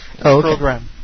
Program